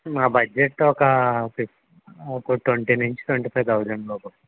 మా బడ్జెట్ ఒక ఫిఫ్త్ ఒక ట్వంటీ నుంచి ట్వంటీ ఫైవ్ తౌజండ్ లోపు